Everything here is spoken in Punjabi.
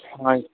ਹਾਂਜੀ